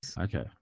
Okay